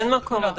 אין מקום, אדוני.